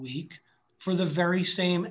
week for the very same